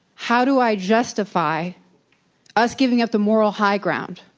how do i justify us giving it the moral high ground?